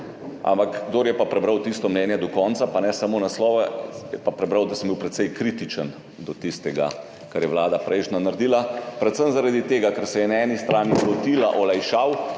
ampak kdor je prebral tisto mnenje do konca, ne samo naslova, je pa prebral, da sem bil precej kritičen do tistega, kar je naredila prejšnja vlada, predvsem zaradi tega, ker se je na eni strani lotila olajšav,